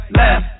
left